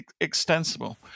extensible